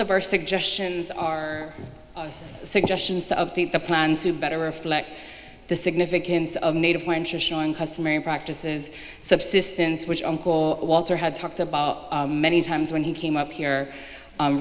of our suggestions or suggestions that update the plans to better reflect the significance of native wenches showing customary practices subsistence which uncle walter had talked about many times when he came up here